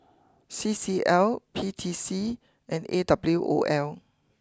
C C L P T C and A W O L